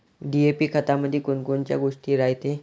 DAP खतामंदी कोनकोनच्या गोष्टी रायते?